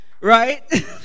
right